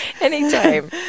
Anytime